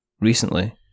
recently